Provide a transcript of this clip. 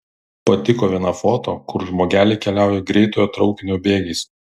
patiko viena foto kur žmogeliai keliauja greitojo traukinio bėgiais